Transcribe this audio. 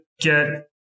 get